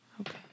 Okay